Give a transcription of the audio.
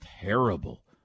terrible